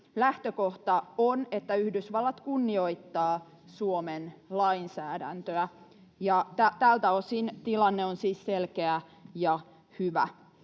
Lähtökohta on, että Yhdysvallat kunnioittaa Suomen lainsäädäntöä, ja tältä osin tilanne on siis selkeä ja hyvä.